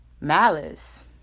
malice